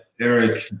Eric